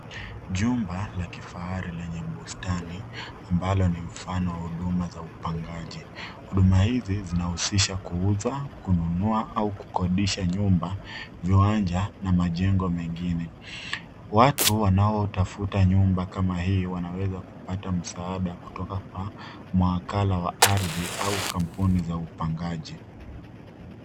Jumba la kifahari lenye bustani ambalo ni mfano wa huduma za upangaji. Huduma hizi zinahusisha kuuza, kununua au kukodisha nyumba, viwanja na majengo mengine. Watu wanaotafuta nyumba kama hii wanaweza kupata msaada kutoka kwa mawakala wa ardhi au kampuni za upangaji.